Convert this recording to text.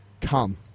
come